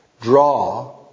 draw